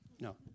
No